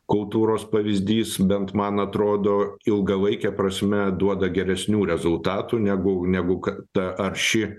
kultūros pavyzdys bent man atrodo ilgalaike prasme duoda geresnių rezultatų negu negu ta arši